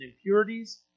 impurities